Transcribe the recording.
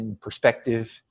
perspective